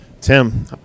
Tim